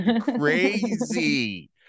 crazy